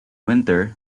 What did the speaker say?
winter